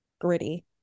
Gritty